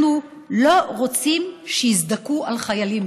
אנחנו לא רוצים שיזדכו על חיילים.